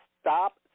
stop